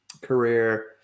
career